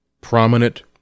prominent